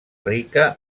rica